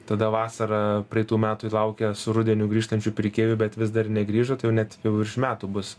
tada vasarą praeitų metų laukė su rudeniu grįžtančių pirkėjų bet vis dar negrįžo tai jau net virš metų bus